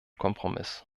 kompromiss